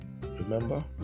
Remember